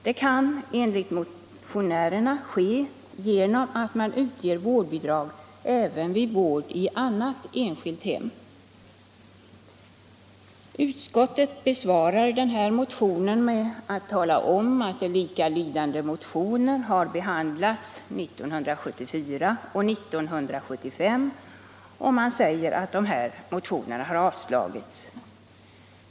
Detta kan enligt motionärerna ske genom att man utger vårdbidrag även vid vård i annat enskilt hem. Utskottet besvarar motionen med att tala om hur likalydande motioner behandlats 1974 och 1975 och pekar på att dessa motioner har avslagits.